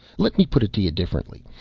let me put it to you differently.